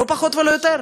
לא פחות ולא יותר.